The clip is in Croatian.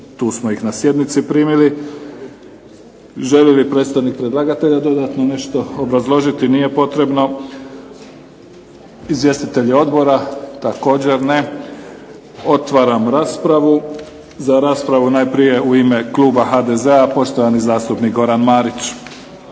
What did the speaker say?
tu smo ih na sjednici primili. Želi li predstavnik predlagatelja dodatno nešto obrazložiti? Nije potrebno. Izvjestitelji odbora? Također ne. Otvaram raspravu. Za raspravu najprije u ime kluba HDZ-a poštovani zastupnik Goran Marić.